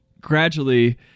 gradually